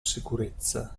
sicurezza